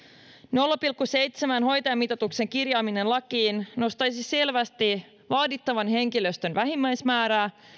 nolla pilkku seitsemän hoitajamitoituksen kirjaaminen lakiin nostaisi selvästi vaadittavan henkilöstön vähimmäismäärää